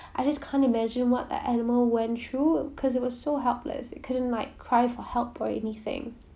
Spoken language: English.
I just can't imagine what the animal went through because it was so helpless it couldn't like cry for help or anything